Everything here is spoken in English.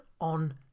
on